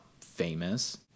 famous